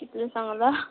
कितले सांगला